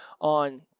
on